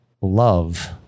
love